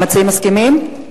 המציעים מסכימים?